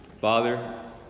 Father